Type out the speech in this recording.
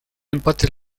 empate